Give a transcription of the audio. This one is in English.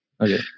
Okay